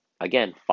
Again